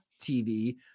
TV